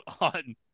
on